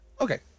Okay